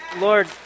Lord